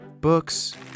Books